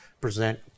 present